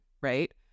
Right